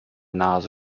nase